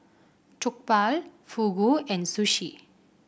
Jokbal Fugu and Sushi